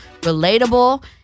relatable